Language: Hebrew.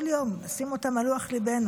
כל יום, ולשים אותם על לוח ליבנו.